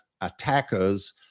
attackers